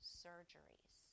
surgeries